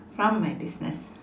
from my business